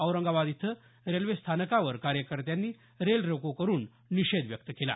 औरंगाबाद इथं रेल्वेस्थानकावर कार्यकर्त्यांनी रेल रोको करून निषेध व्यक्त केला